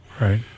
right